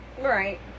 Right